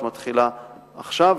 שמתחילה עכשיו,